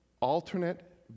alternate